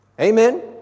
Amen